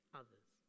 others